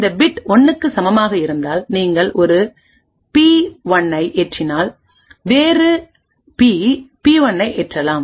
இந்த பிட் 1 க்கு சமமாக இருந்தால் நீங்கள் ஒரு பி 1 ஐ ஏற்றினால் வேறு பி பி 1 ஐ ஏற்றலாம்